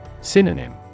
Synonym